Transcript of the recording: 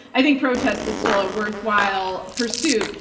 i think protest is still a worthwhile pursuit,